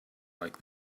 like